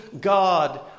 God